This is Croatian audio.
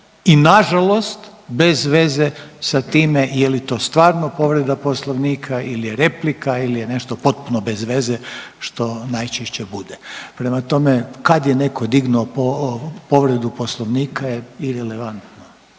i nažalost bez veze sa time je li to stvarno povreda Poslovnika ili je replika ili je nešto potpuno bez veze što najčešće bude. Prema tome, kad je netko dignuo povredu Poslovnika je irelevantno,